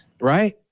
Right